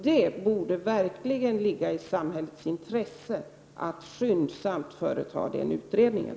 Det borde emellertid ligga i samhällets intresse att skyndsamt företa den utredningen.